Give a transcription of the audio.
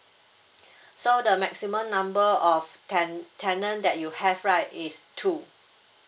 so the maximum number of ten tenant that you have right is two